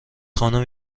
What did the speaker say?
خانم